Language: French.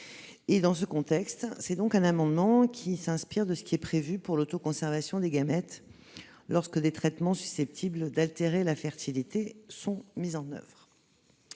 Dans ce contexte, elle s'inspire de ce qui est prévu pour l'autoconservation des gamètes, lorsque des traitements susceptibles d'altérer la fertilité sont mis en oeuvre.